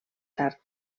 tard